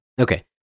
Okay